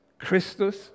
Christus